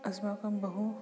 अस्माकं बहु